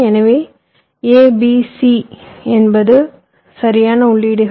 எனவே A B C என்பது சரியான உள்ளீடுகள்